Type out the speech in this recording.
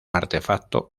artefacto